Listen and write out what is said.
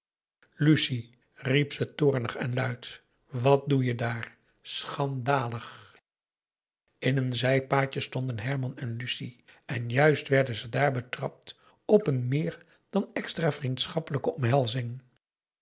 lucie riep ze toornig en luid wat doe je daar schandalig in een zijpaadje stonden herman en lucie en juist werden ze daar betrapt op een meer dan extra vriendschappelijke omhelzing